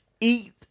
Eat